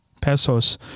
pesos